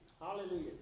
Hallelujah